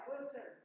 Listen